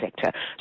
sector